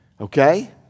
okay